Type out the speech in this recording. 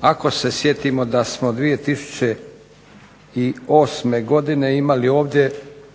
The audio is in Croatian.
Ako se sjetimo da smo 2008. godine imali ovdje